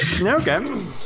Okay